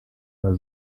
war